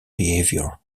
behavior